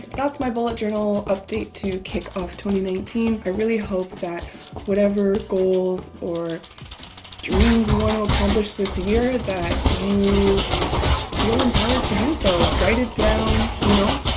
that's my bullet journal update to kick off two thousand and nineteen, i really hope that whatever goals or dreams you want to accomplish this year, that you feel empowered to do, so write it down, you know,